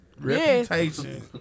reputation